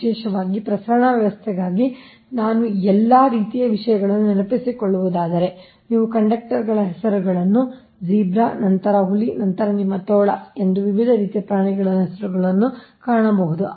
ವಿಶೇಷವಾಗಿ ಪ್ರಸರಣ ವ್ಯವಸ್ಥೆಗಾಗಿ ನಾನು ಎಲ್ಲಾ ರೀತಿಯ ವಿಷಯಗಳನ್ನು ನೆನಪಿಸಿಕೊಳ್ಳಬಹುದಾದರೆ ನೀವು ಕಂಡಕ್ಟರ್ ಗಳ ಹೆಸರುಗಳನ್ನು ಸಮಯವನ್ನು ನೋಡಿ 1428 ಜೀಬ್ರಾ ನಂತರ ಹುಲಿ ನಂತರ ನಿಮ್ಮ ತೋಳ ಎಂದು ವಿವಿಧ ರೀತಿಯ ಪ್ರಾಣಿಗಳ ಹೆಸರುಗಳನ್ನು ಕಾಣಬಹುದು